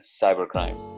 cybercrime